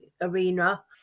arena